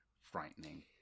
frightening